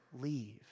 leave